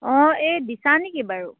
অঁ এই দিশা নেকি বাৰু